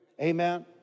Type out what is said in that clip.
amen